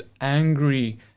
angry